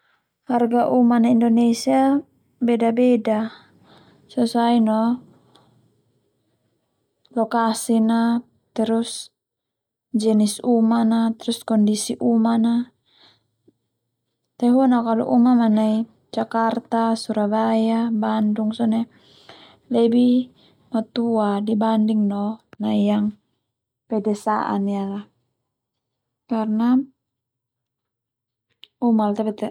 Harga uma nai Indonesia ia beda-beda sesuai no lokasi na terus jenis uma na terus kondis uma na tehuna na kalo uma mai nai Jakarta Surabaya Bandung sone lebih matua dibanding no yang pedesaan ialah karna uma tabeta.